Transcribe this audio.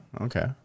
Okay